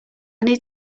need